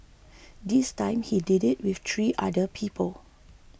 this time he did it with three other people